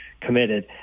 committed